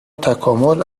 تکامل